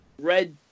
red